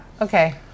Okay